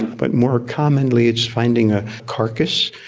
but more commonly it's finding a carcass.